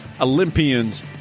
Olympians